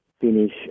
finish